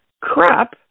crap